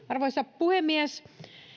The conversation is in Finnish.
arvoisa puhemies